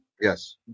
Yes